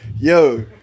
Yo